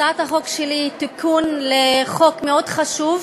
הצעת החוק שלי היא תיקון לחוק מאוד חשוב,